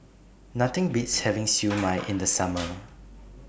Nothing Beats having Siew Mai in The Summer